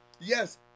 yes